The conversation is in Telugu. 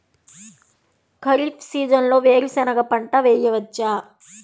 ఖరీఫ్ సీజన్లో వేరు శెనగ పంట వేయచ్చా?